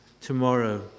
tomorrow